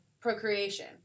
procreation